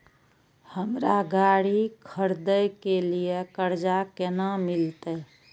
हमरा गाड़ी खरदे के लिए कर्जा केना मिलते?